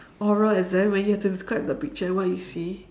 oral exam when you have to describe the picture and what you see